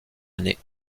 année